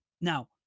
Now